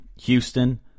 Houston